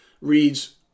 reads